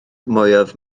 mwyaf